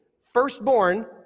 firstborn